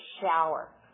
shower